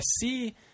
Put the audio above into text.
see –